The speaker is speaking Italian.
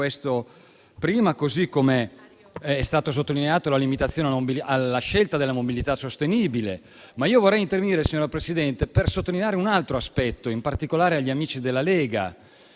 bene prima, così come è stata sottolineata la limitazione alla scelta della mobilità sostenibile. Ma io vorrei intervenire, signora Presidente, per sottolineare un altro aspetto, in particolare agli amici della Lega.